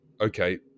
okay